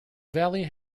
valley